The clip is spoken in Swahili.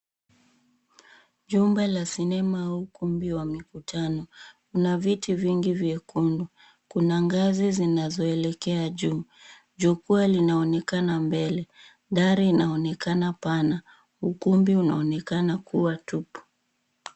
Jumba la sinema au ukumbi wa mikutano. Una viti vingi vyekundu. Kuna ngazi zinazoelekea juu. Jukwaa linaonekana mbele. Dari inaonekana pana. Ukumbi unaonekana kuwa tupu.